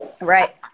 Right